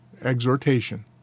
exhortation